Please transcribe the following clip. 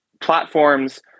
platforms